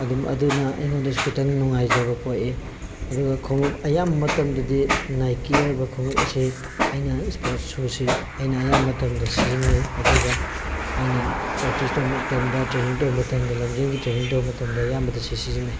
ꯑꯗꯨꯝ ꯑꯗꯨꯅ ꯑꯩꯉꯣꯟꯗꯁꯨ ꯈꯤꯇꯪ ꯅꯨꯡꯉꯥꯏꯖꯕ ꯄꯣꯛꯏ ꯑꯗꯨꯒ ꯈꯣꯡꯎꯞ ꯑꯌꯥꯝꯕ ꯃꯇꯝꯗꯗꯤ ꯅꯥꯏꯀꯤ ꯍꯥꯏꯔꯤꯕ ꯈꯣꯡꯎꯞ ꯑꯁꯤ ꯑꯩꯅ ꯁ꯭ꯄꯣꯔꯠ ꯁꯨꯁꯤ ꯑꯩꯅ ꯑꯌꯥꯝꯕ ꯃꯇꯝꯗ ꯁꯤꯖꯤꯟꯅꯩ ꯑꯗꯨꯒ ꯑꯩꯅ ꯄ꯭ꯔꯦꯛꯇꯤꯁ ꯇꯧꯕ ꯃꯇꯝꯗ ꯇ꯭ꯔꯦꯟꯅꯤꯡ ꯇꯧꯕ ꯃꯇꯝꯗ ꯂꯝꯖꯦꯜꯒꯤ ꯇ꯭ꯔꯦꯟꯅꯤꯡ ꯇꯧꯕ ꯃꯇꯝꯗ ꯑꯌꯥꯝꯕꯗ ꯁꯤ ꯁꯤꯖꯤꯟꯅꯩ